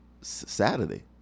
Saturday